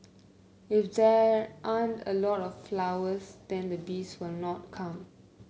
if there aren't a lot of flowers then the bees will not come